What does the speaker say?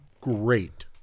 great